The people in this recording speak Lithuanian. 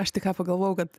aš tik ką pagalvojau kad